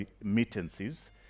remittances